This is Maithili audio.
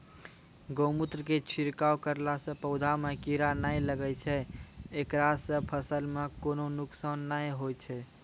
गोमुत्र के छिड़काव करला से पौधा मे कीड़ा नैय लागै छै ऐकरा से फसल मे कोनो नुकसान नैय होय छै?